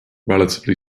relatively